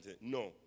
No